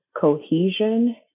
cohesion